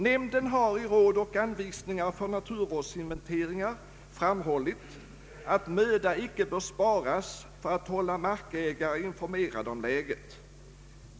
Nämnden har i ”Råd och anvisningar för naturvårdsinventeringar” framhållit, att möda icke bör sparas för att hålla markägare informerade om = läget.